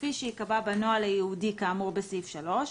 כפי שייקבע בנוהל הייעודי כאמור בסעיף 3,